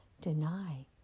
Deny